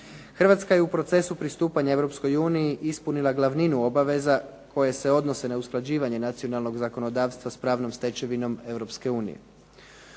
Hrvatska je u procesu pristupanja Europskoj uniji ispunila glavninu obaveza koje se odnose na usklađivanje nacionalnog zakonodavstva s pravnom stečevinom